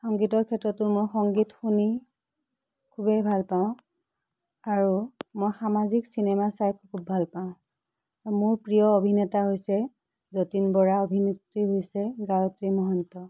সংগীতৰ ক্ষেত্ৰতো মই সংগীত শুনি খুবেই ভাল পাওঁ আৰু মই সামাজিক চিনেমা চাই খুব ভাল পাওঁ মোৰ প্ৰিয় অভিনেতা হৈছে যতীন বৰা অভিনেত্ৰী হৈছে গায়ত্ৰী মহন্ত